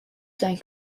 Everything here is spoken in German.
sein